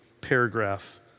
paragraph